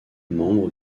membre